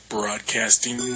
Broadcasting